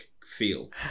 feel